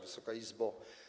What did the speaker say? Wysoka Izbo!